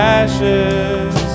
ashes